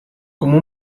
como